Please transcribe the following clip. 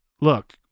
look